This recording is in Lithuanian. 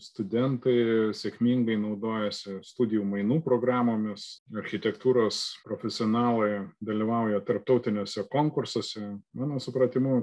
studentai sėkmingai naudojasi studijų mainų programomis architektūros profesionalai dalyvauja tarptautiniuose konkursuose mano supratimu